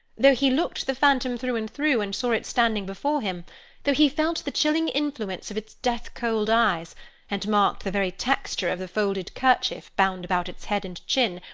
though he looked the phantom through and through, and saw it standing before him though he felt the chilling influence of its death-cold eyes and marked the very texture of the folded kerchief bound about its head and chin,